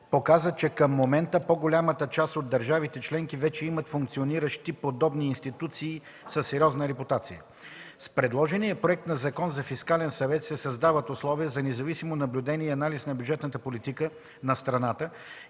показва, че към момента по-голямата част от държавите членки вече имат функциониращи подобни институции със сериозна репутация. С предложения проект на Закон за Фискален съвет се създават условия за независимо наблюдение и анализ на бюджетната политика на страната